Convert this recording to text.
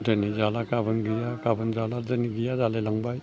दिनै जाला गाबोन गैया गाबोन जाला दिनै गैया जालाय लांबाय